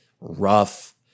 rough